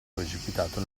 precipitato